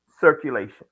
circulation